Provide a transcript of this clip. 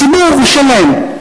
ציבור שלם?